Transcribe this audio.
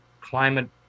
climate